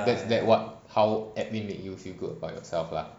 that's that what how edwin make you feel good about yourself lah